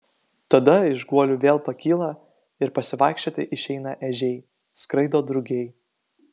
tada iš guolių vėl pakyla ir pasivaikščioti išeina ežiai skraido drugiai